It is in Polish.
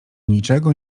niczego